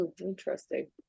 Interesting